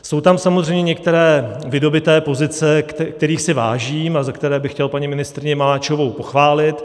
Jsou tam samozřejmě některé vydobyté pozice, kterých si vážím a za které bych chtěl paní ministryni Maláčovou pochválit.